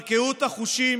אבל קהות החושים